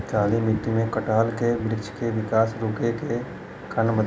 काली मिट्टी में कटहल के बृच्छ के विकास रुके के कारण बताई?